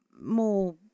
more